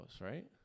right